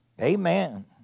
Amen